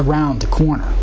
around the corner